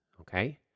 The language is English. okay